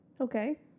Okay